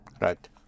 Right